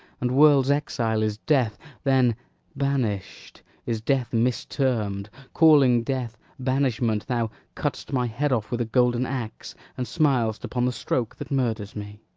and world's exile is death then banished is death mis-term'd calling death banishment, thou cutt'st my head off with a golden axe, and smil'st upon the stroke that murders me.